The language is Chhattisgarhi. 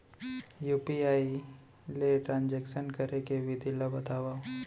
यू.पी.आई ले ट्रांजेक्शन करे के विधि ला बतावव?